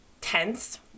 tense